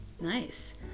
nice